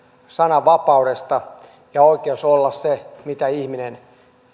sananvapaudesta ja oikeudesta olla se mitä ihminen